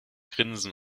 grinsen